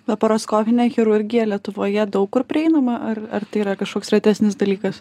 laparoskopinė chirurgija lietuvoje daug kur prieinama ar ar tai yra kažkoks retesnis dalykas